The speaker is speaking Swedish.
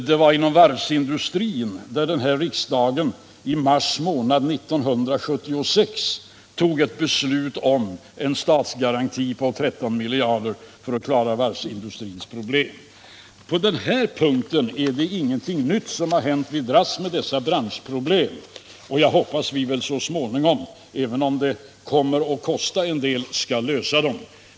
Och riksdagen tog i mars månad 1976 ett beslut om en statsgaranti på 13 miljarder för att klara varvsindustrins problem. På den här punkten är det ingenting nytt som har hänt. Vi dras med dessa branschproblem, och jag hoppas att vi så småningom — även om det kommer att kosta en del — skall lösa dem.